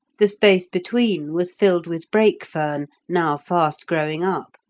the space between was filled with brake fern, now fast growing up,